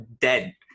dead